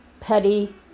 petty